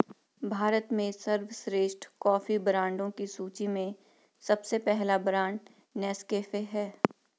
भारत में सर्वश्रेष्ठ कॉफी ब्रांडों की सूची में सबसे पहला ब्रांड नेस्कैफे है